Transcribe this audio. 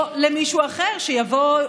או למישהו אחר שיבוא,